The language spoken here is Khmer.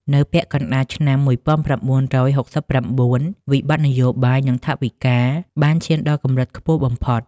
នៅពាក់កណ្តាលឆ្នាំ ១៩៦៩ វិបត្តិនយោបាយ និងថវិកាបានឈានដល់កម្រិតខ្ពស់បំផុត។